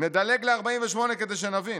כדי שנבין.